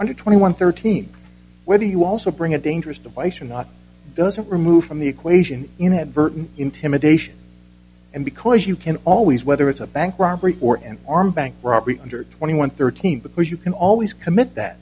under twenty one thirteen whether you also bring a dangerous device or not doesn't remove from the equation inadvertent intimidation and because you can always whether it's a bank robbery or an armed bank robbery under twenty one thirteen because you can always commit that